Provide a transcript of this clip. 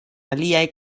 aliaj